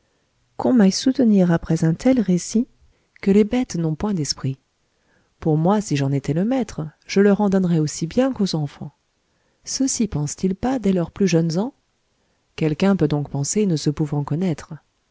qu'on m'aille soutenir après un tel récit que les bêtes n'ont point d'esprit pour moi si j'en étais le maître je leur en donnerais aussi bien qu'aux enfants ceux-ci pensent-ils pas dès leurs plus jeunes ans quelqu'un peut donc penser ne se pouvant connaître